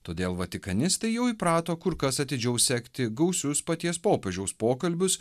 todėl vatikanistai jau įprato kur kas atidžiau sekti gausius paties popiežiaus pokalbius